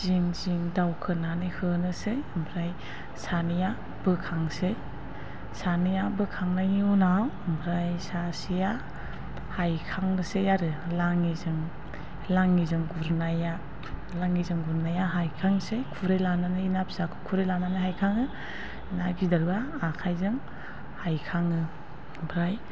जिं जिं दावखोनानै होनोसै ओमफ्राय सानैया बोखांनोसै सानैया बोखांनायनि उनाव ओमफ्राय सासेया हायखांनोसै आरो लाङिजों गुरनाया हायखांनोसै खुरै लानानै ना फिसाखौ खुरै लानानै हायखाङो ना गिदिरबा आखाइजों हायखाङो ओमफ्राय